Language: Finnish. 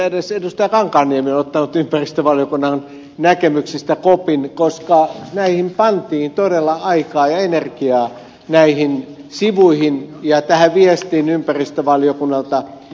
kankaanniemi on ottanut ympäristövaliokunnan näkemyksistä kopin koska näihin sivuihin pantiin todella aikaa ja energiaa ja tähän viestiin ympäristövaliokunnalta talousvaliokunnalle